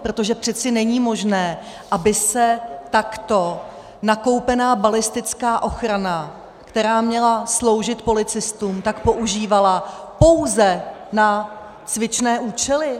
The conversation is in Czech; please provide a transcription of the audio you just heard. Protože přeci není možné, aby se takto nakoupená balistická ochrana, která měla sloužit policistům, používala pouze na cvičné účely.